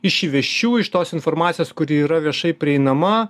iš įvesčių iš tos informacijos kuri yra viešai prieinama